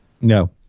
No